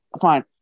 fine